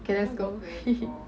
okay let's go